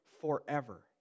forever